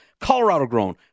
Colorado-grown